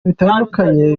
bitandukanye